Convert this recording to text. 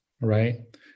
right